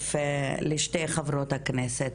להוסיף לדבריהן של שתי חברות הכנסת.